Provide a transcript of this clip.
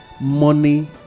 money